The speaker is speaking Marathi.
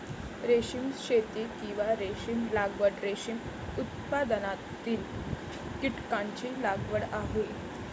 रेशीम शेती, किंवा रेशीम लागवड, रेशीम उत्पादनातील कीटकांची लागवड आहे